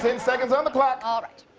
and seconds on the clock. all right.